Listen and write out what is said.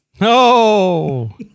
No